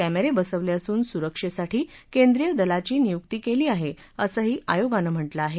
क्ष्रीरे बसवले असून सुरक्षेसाठी केंद्रीय दलाची नियुक्त केली आहे असंही आयोगानं म्हटलं आहे